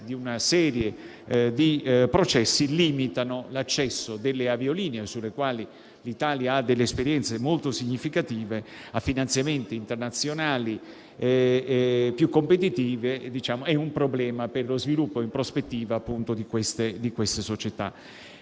di una serie di processi che limitano l'accesso delle aviolinee - sulle quali l'Italia ha delle esperienze molto significative - a finanziamenti internazionali più competitivi, rappresentano un problema per lo sviluppo in prospettiva delle società